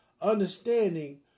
understanding